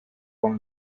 con